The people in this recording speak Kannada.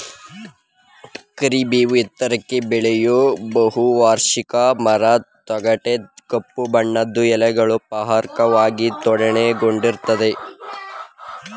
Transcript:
ಕರಿಬೇವು ಎತ್ತರಕ್ಕೆ ಬೆಳೆಯೋ ಬಹುವಾರ್ಷಿಕ ಮರ ತೊಗಟೆ ಕಪ್ಪು ಬಣ್ಣದ್ದು ಎಲೆಗಳು ಪರ್ಯಾಯವಾಗಿ ಜೋಡಣೆಗೊಂಡಿರ್ತದೆ